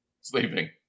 sleeping